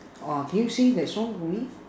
!wah! can you sing that song to me